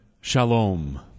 shalom